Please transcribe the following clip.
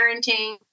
parenting